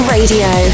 Radio